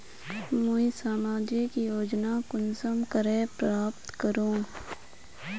मुई सामाजिक योजना कुंसम करे प्राप्त करूम?